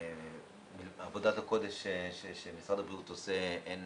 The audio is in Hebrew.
עבודת הקודש שמשרד הבריאות עושה, אין